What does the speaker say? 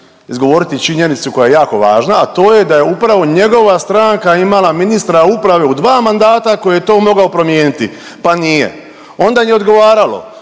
izgovoriti činjenicu koja je jako važna, a to je da je upravo njegova stranka imala ministra uprave u dva mandata koji je to mogao promijeniti pa nije. Onda im je odgovaralo.